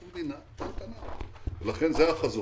מדינה גדולה זה דבר אחר אבל אנחנו מדינה קטנה ולכן זה החזון.